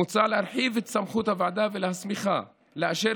מוצע להרחיב את סמכות הוועדה ולהסמיכה לאשר